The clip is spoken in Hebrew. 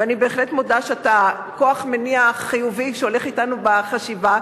ואני בהחלט מודה שאתה כוח מניע חיובי שהולך אתנו בחשיבה,